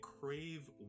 crave